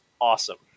awesome